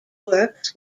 works